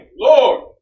Lord